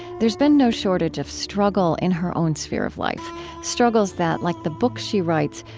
there's been no shortage of struggle in her own sphere of life struggles that, like the books she writes,